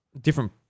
different